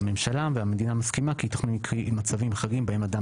בממשלה והמדינה מסכימה כי ייתכנו מצבים חריגים בהם אדם